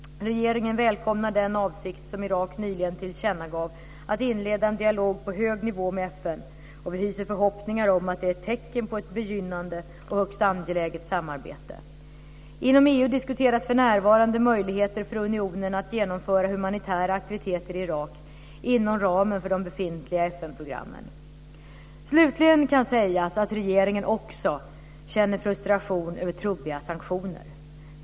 Regeringen välkomnar den avsikt som Irak nyligen tillkännagav att inleda en dialog på hög nivå med FN, och vi hyser förhoppningar om att detta är ett tecken på ett begynnande - och högst angeläget - samarbete. Inom EU diskuteras för närvarande möjligheter för unionen att genomföra humanitära aktiviteter i Irak, inom ramen för de befintliga FN-programmen. Slutligen kan sägas att regeringen också känner frustration över trubbiga sanktioner.